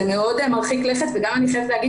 זה מאוד מרחיק לכת וגם אני חייבת להגיד